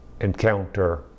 encounter